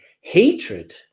Hatred